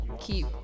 keep